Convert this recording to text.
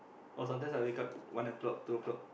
or sometimes I wake up one o-clock two o-clock